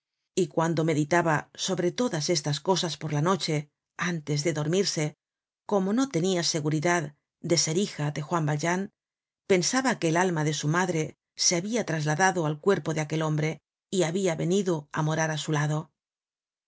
y cuando meditaba sobre todas estas cosas por la noche antes de dormirse como no tenia seguridad de ser hija de juan valjean pensaba que el alma de su madre se habia trasladado al cuerpo de aquel hombre y habia venido á morará su lado